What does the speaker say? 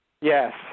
Yes